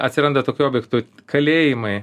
atsiranda tokių objektų kalėjimai